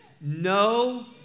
no